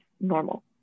normal